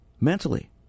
mentally